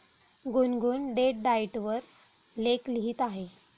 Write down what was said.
गुनगुन डेट डाएट वर लेख लिहित आहे